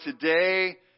today